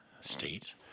state